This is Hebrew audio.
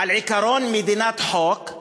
על עקרון מדינת חוק,